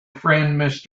friend